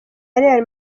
real